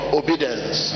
obedience